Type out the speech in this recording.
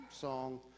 song